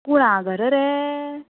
कुळागरां रे